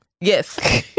yes